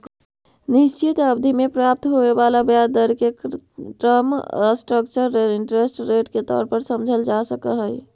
निश्चित अवधि में प्राप्त होवे वाला ब्याज दर के टर्म स्ट्रक्चर इंटरेस्ट रेट के तौर पर समझल जा सकऽ हई